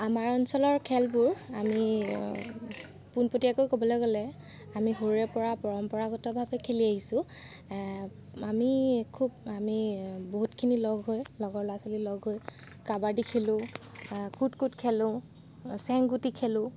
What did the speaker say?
আমাৰ অঞ্চলৰ খেলবোৰ আমি পোনপটীয়াকৈ ক'বলৈ গ'লে আমি সৰুৰে পৰা পৰম্পৰাগতভাৱে খেলি আহিছোঁ এহ আমি খুব আমি বহুতখিনি লগ হৈ লগৰ ল'ৰা ছোৱালী লগ হৈ কাবাডী খেলোঁ কুট কুট খেলোঁ চেংগুটি খেলোঁ